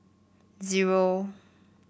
zero